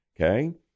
Okay